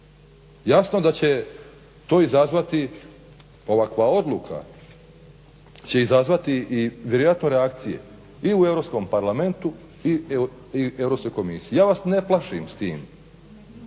Jasno da će to izazvati ovakva odluka će izazvati vjerojatno reakcije i u EU parlamentu i EU komisiji. Ja vas ne plašim s tim